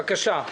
בבקשה.